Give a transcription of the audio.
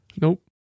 Nope